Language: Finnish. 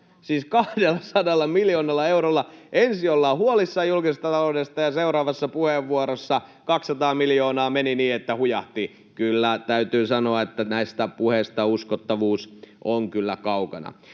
Siis 200 miljoonalla eurolla. Ensin ollaan huolissaan julkisesta taloudesta, ja seuraavassa puheenvuorossa 200 miljoonaa meni niin, että hujahti. Kyllä täytyy sanoa, että näistä puheista uskottavuus on kaukana.